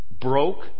Broke